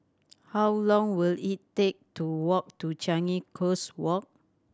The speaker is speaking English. how long will it take to walk to Changi Coast Walk